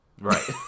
Right